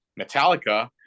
Metallica